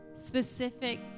specific